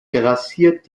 grassiert